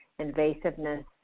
invasiveness